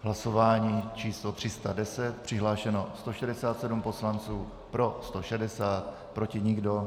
Hlasování číslo 310, přihlášeno 167 poslanců, pro 160, proti nikdo.